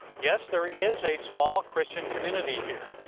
yes, there is a small christian community here.